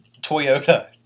Toyota